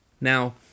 Now